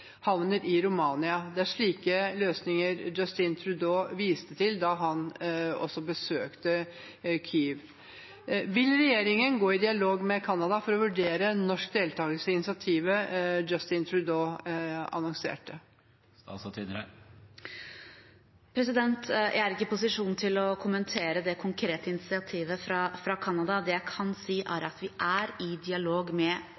i Romania. Det er slike løsninger Justin Trudeau viste til da han også besøkte Kyiv. Vil regjeringen gå i dialog med Canada for å vurdere norsk deltakelse i initiativet Justin Trudeau annonserte? Jeg er ikke i posisjon til å kommentere det konkrete initiativet fra Canada. Det jeg kan si, er at vi er i dialog med